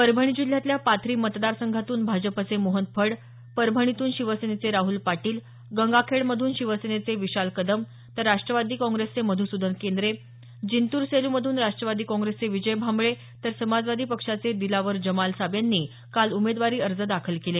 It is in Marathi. परभणी जिल्ह्यातल्या पाथरी मतदारसंघातून भाजपचे मोहन फड परभणीतून शिवसेनेचे राहल पाटील गंगाखेडमधून शिवसेनेचे विशाल कदम तर राष्ट्रवादी काँग्रेसचे मधुसुदन केंद्रे जिंतूर सेलुमधून राष्ट्रवादी काँग्रेसचे विजय भांबळे तर समाजवादी पक्षाचे दिलावर जमालसाब यांनी काल उमेदवारी अर्ज दाखल केले